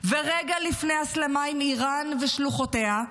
ורגע לפני הסלמה עם איראן ושלוחותיה,